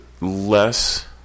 less